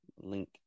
link